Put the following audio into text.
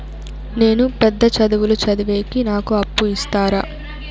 నేను పెద్ద చదువులు చదివేకి నాకు అప్పు ఇస్తారా